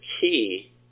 key